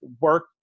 work